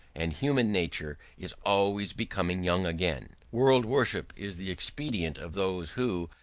and human nature is always becoming young again. world-worship is the expedient of those who,